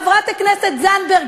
חברת הכנסת זנדברג,